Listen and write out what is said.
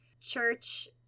church